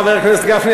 חבר הכנסת גפני,